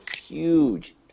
huge